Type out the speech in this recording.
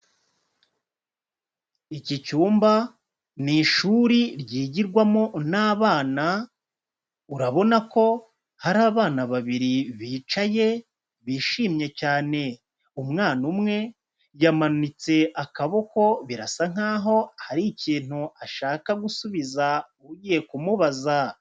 Iki cyumba ni ishuri ryigirwamo n'abana, urabona ko hari abana babiri bicaye, bishimye cyane. Umwana umwe yamanitse akaboko, birasa nk'aho hari ikintu ashaka gusubiza ugiye kumubaza.